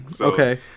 Okay